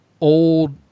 old